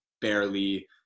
barely